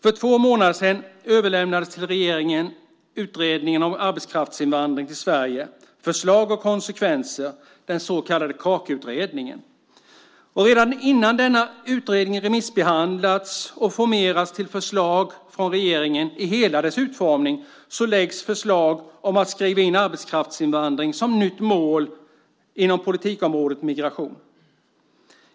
För två månader sedan överlämnades till regeringen utredningen Arbetskraftsinvandring till Sverige - förslag och konsekvenser , den så kallade Kakiutredningen. Redan innan denna utredning remissbehandlats och formats till förslag från regeringen lägger man nu fram förslag om att skriva in arbetskraftsinvandring som ett nytt mål inom politikområdet Migration.